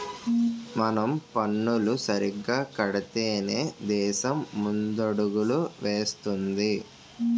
మనం పన్నులు సరిగ్గా కడితేనే దేశం ముందడుగులు వేస్తుంది